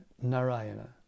narayana